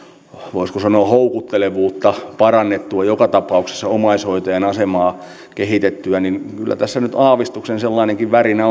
voisiko sanoa houkuttelevuutta parannettua joka tapauksessa omaishoitajan asemaa kehitettyä kyllä tässä nyt aavistuksen sellainenkin värinä